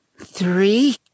Three